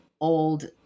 old